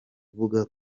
kuvuga